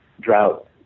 drought